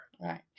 Right